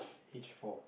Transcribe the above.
hitch for